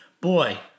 Boy